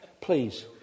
Please